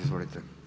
Izvolite.